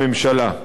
הממשלה.